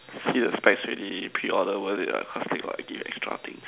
see the spec already preorder worth it what cause they got give extra things